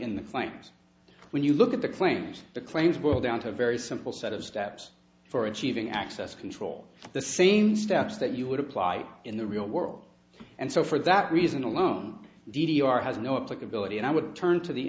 in the plans when you look at the claims the claims were down to very simple set of steps for achieving access control the same steps that you would apply in the real world and so for that reason alone d d r has no applicability and i would turn to the